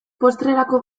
postrerako